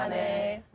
um a